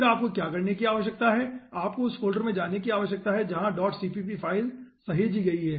फिर आपको क्या करने की आवश्यकता है आपको उस फोल्डर में जाने की आवश्यकता हैजहां यह CPP फ़ाइल सहेजी गई है